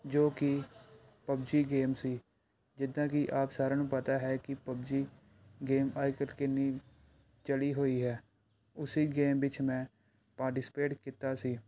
ਜੋ ਕਿ PUBG game ਸੀ ਜਿੱਦਾਂ ਕਿ ਆਪ ਸਾਰਿਆਂ ਨੂੰ ਪਤਾ ਹੈ ਕਿ ਪਬਜੀ ਗੇਮ ਅੱਜ ਕੱਲ ਕਿੰਨੀ ਚੜ੍ਹੀ ਹੋਈ ਹੈ ਉਸ ਗੇਮ ਵਿੱਚ ਮੈਂ ਪਾਟੀਸਪੇਟ ਕੀਤਾ ਸੀ